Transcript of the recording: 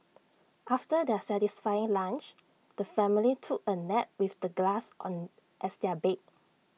after their satisfying lunch the family took A nap with the grass on as their bed